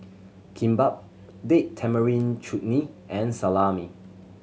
Kimbap Date Tamarind Chutney and Salami